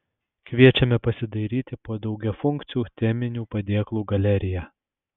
kviečiame pasidairyti po daugiafunkcių teminių padėklų galeriją